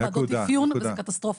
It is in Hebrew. ועדות אפיון וזאת קטסטרופה.